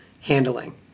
handling